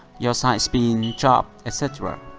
your sidespin chop, etc.